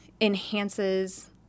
enhances